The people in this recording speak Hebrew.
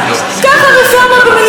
רפורמה במיליארד שקל,